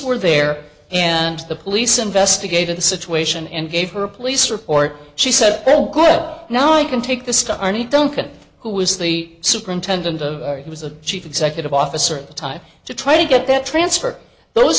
were there and the police investigated the situation and gave her a police report she said oh good now i can take the stuff arnie duncan who was the superintendent who was a chief executive officer at the time to try to get that transfer those